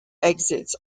exits